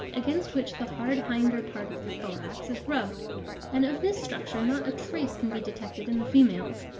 against which the hard hinder part of the thorax is rubbed and of this structure not a trace can be detected in the females.